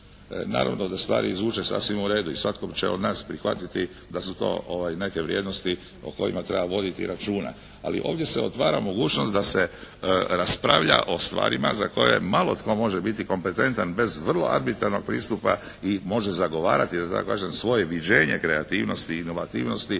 Naravno da stvari zvuče sasvim u redu i svatko će od nas prihvatiti da su to neke vrijednosti o kojima treba voditi računa, ali ovdje se otvara mogućnost da se raspravlja o stvarima za koje malo tko može biti kompetentan bez vrlo arbitrarnog pristupa i može zagovarati da tako kažem svoje viđenje kreativnosti i inovativnosti